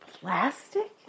plastic